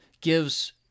gives